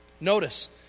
Notice